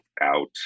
out